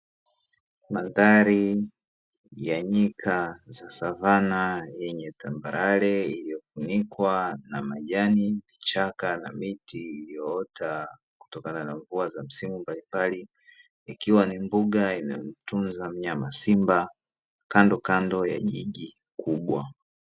Mandhari ya nyika za savana yenye tambarare iliyofunikwa na majani, vichaka na miti iliyoota kutokana na mvua za misimu mbali mbali. Ikiwa ni mbuga inayomtunza mnyama simba kando kando ya jiji kubwa.